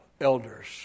elders